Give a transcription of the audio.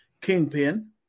Kingpin